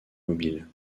mobiles